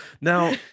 Now